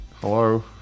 Hello